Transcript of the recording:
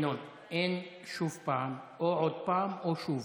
ינון, אין "שוב פעם"; או "עוד פעם" או "שוב".